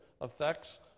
effects